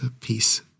peace